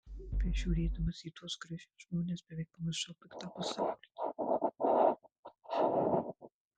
bežiūrėdamas į tuos gražius žmones beveik pamiršau piktą pasaulį